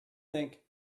think